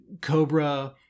Cobra